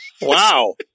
Wow